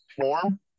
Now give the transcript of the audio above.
form